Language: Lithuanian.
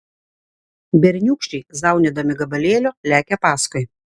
berniūkščiai zaunydami gabalėlio lekia paskui